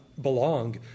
belong